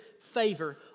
favor